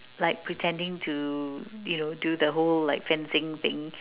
like pretending to you know do the whole like fencing things